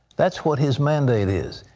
that's what his mandate is.